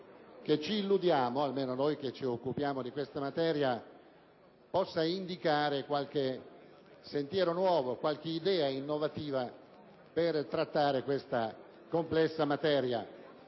che ci illudiamo - almeno noi che ci occupiamo di questa materia - possa indicare qualche sentiero nuovo, qualche idea innovativa per trattare questa complessa materia,